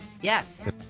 Yes